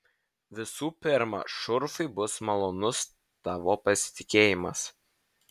visų pirma šurfui bus malonus tavo pasitikėjimas